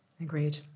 agreed